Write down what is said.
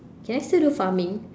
can I still do farming